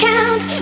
count